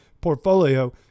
portfolio